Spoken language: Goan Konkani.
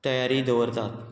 तयारी दवरतात